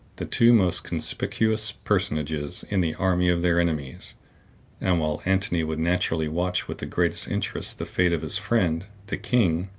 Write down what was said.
the two most conspicuous personages in the army of their enemies and while antony would naturally watch with the greatest interest the fate of his friend, the king,